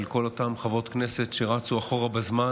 של כל אותן חברות כנסת שרצו אחורה בזמן